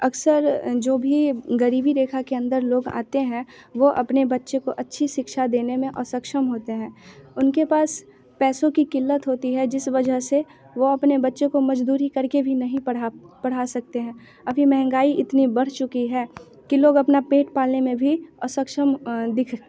अक्सर जो भी ग़रीबी रेखा के अंदर लोग आते हैं वो अपने बच्चे को अच्छी शिक्षा देने में असक्षम होते हैं उनके पास पैसों की किल्लत होती है जिस वजह से वो अपने वो अपने बच्चे को मज़दूरी कर के भी नहीं पढ़ा पढ़ा सकते हैं और फिर महंगाई इतनी बढ़ चुकी है कि लोग अपना पेट पालने में भी असक्षम दिख